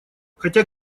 хотя